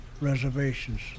reservations